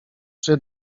czy